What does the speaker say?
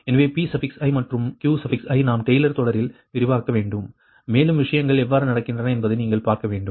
எனவே Pi மற்றும் Qiநாம் டெய்லர் தொடரில் விரிவாக்க வேண்டும் மேலும் விஷயங்கள் எவ்வாறு நடக்கின்றன என்பதை நீங்கள் பார்க்க வேண்டும்